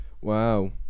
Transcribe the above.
wow